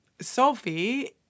Sophie